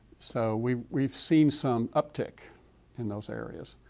so we've we've seen some uptake in those areas.